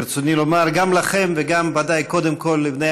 ברצוני לומר גם לכם וודאי קודם כול לבני